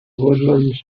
woodlands